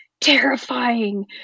Terrifying